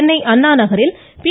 சென்னை அண்ணா நகரில் பி